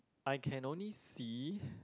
I can only see